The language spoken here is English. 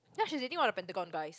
ya she's dating one of the Pentagon guys